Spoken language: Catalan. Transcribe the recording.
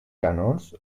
canons